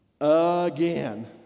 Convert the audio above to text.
again